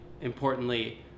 importantly